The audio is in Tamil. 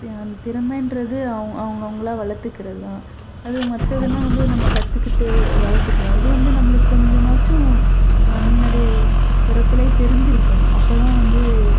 திறமைன்றது அவங் அவங்களா வளர்த்துக்குறது தான் அதே மற்றதுனா வந்து நம்ம கற்றுக்கிட்டு வளர்த்துக்குலாம் இது வந்து நம்மளுக்கு கொஞ்சமாச்சும் முன்னாடி பிறப்புலே தெரிஞ்சுருக்கணும் அப்போ தான் வந்து